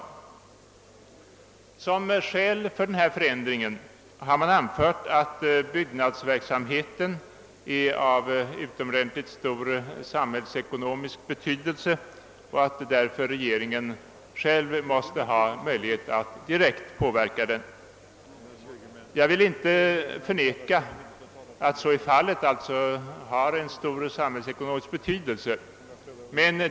Såsom skäl för en förändring har man anfört, att byggnadsverksamheten är av utomordentligt stor samhällsekonomisk betydelse och att därför regeringen själv måste ha möjlighet att direkt påverka den. Jag vill inte förneka att så är fallet, alitså att byggnadsverksamheten har en stor samhällsekonomisk betydelse.